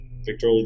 Victor